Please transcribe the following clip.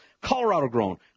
Colorado-grown